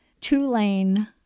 two-lane